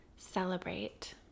celebrate